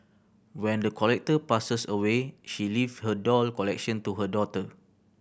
when the collector passes away she leave her doll collection to her daughter